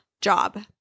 job